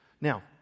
Now